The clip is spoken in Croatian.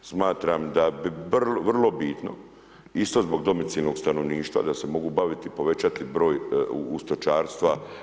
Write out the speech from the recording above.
Smatram da bi vrlo bitno isto zbog domicilnog stanovništva da se mogu baviti, povećati broj stočarstva.